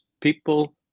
people